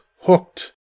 hooked